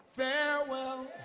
farewell